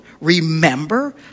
Remember